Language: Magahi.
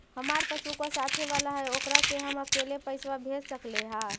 हमार पासबुकवा साथे वाला है ओकरा से हम अकेले पैसावा भेज सकलेहा?